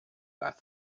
gaza